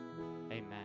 amen